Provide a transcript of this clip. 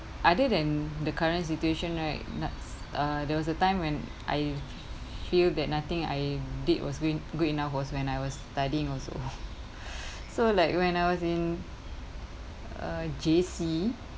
other than the current situation right nads uh there was a time when I feel that nothing I did was good good enough was when I was studying also so like when I was in uh J_C